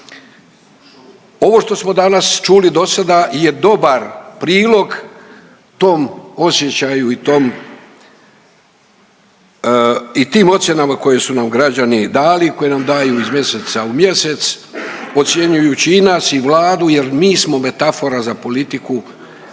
Ovo što smo danas čuli do sada je dobar prilog tom osjećaju i tom i tim ocjenama koje su nam građani dali koje nam daju iz mjeseca u mjesec ocjenjujući i nas i Vladu jer mi smo metafora za politiku u ovoj